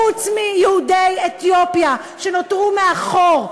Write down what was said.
חוץ מיהודי אתיופיה שנותרו מאחור,